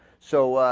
so ah.